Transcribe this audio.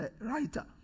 writer